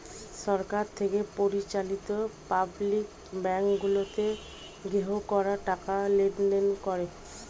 সরকার থেকে পরিচালিত public bank গুলোতে গ্রাহকরা টাকা লেনদেন করে